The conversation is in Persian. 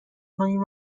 کنیم